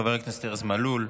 חבר הכנסת ארז מלול,